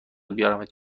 بیارمت